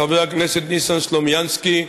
חבר הכנסת ניסן סלומינסקי.